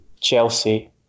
Chelsea